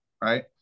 Right